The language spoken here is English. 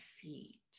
feet